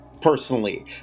personally